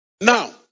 Now